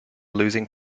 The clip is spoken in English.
losing